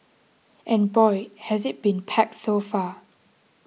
and boy has it been packed so far